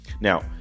Now